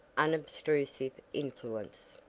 unobtrusive influence!